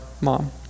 mom